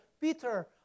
Peter